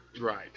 Right